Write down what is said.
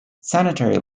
sanitary